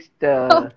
next